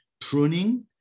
Pruning